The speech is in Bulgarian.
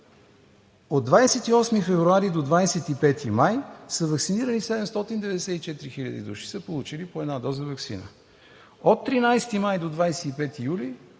От 28 февруари до 25 май са ваксинирани 794 хиляди души – получили са по една доза ваксина. От 13 май до 25 юли